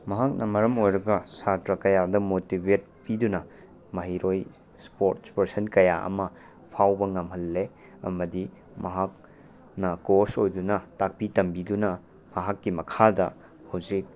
ꯃꯍꯥꯛꯅ ꯃꯔꯝ ꯑꯣꯏꯔꯒ ꯁꯥꯇ꯭ꯔ ꯀꯌꯥꯗ ꯃꯣꯇꯤꯚꯦꯠ ꯄꯤꯗꯨꯅ ꯃꯍꯩꯔꯣꯏ ꯏꯁ꯭ꯄꯣꯔꯠꯁ ꯄꯔꯁꯟ ꯀꯌꯥ ꯑꯃ ꯐꯥꯎꯕ ꯉꯝꯍꯟꯂꯦ ꯑꯃꯗꯤ ꯃꯍꯥꯛꯅ ꯀꯣꯁ ꯑꯣꯏꯗꯨꯅ ꯇꯥꯛꯄꯤ ꯇꯝꯕꯤꯗꯨꯅ ꯃꯍꯥꯛꯀꯤ ꯃꯈꯥꯗ ꯍꯧꯖꯤꯛ